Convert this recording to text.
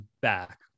back